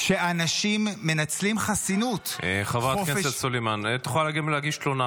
משקר במצח נחושה, שקרן שכמוך.